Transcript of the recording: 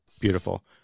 Beautiful